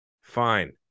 Fine